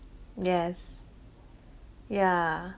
yes yeah